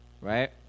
Right